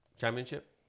championship